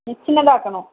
ம் சின்னதாக இருக்கணும்